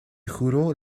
juró